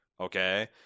Okay